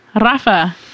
Rafa